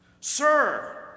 Sir